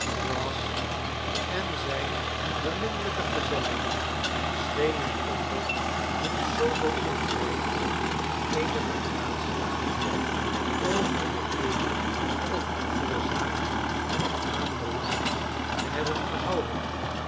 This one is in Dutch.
brass en zijne beminnelijke gezellin schenen onder hun sober ontbijt eene beraadslaging over de eene of andere zaak van aanbelang te hebben gehouden